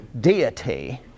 deity